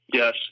Yes